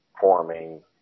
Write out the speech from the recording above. forming